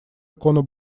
икону